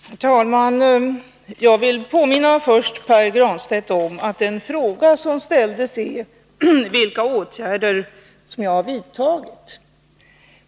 Herr talman! Jag vill först påminna Pär Granstedt om att den fråga som ställdes var vilka åtgärder jag har vidtagit.